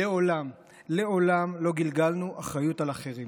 מעולם מעולם לא גלגלנו אחריות על אחרים.